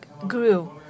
grew